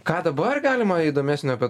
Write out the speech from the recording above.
ką dabar galima įdomesnio apie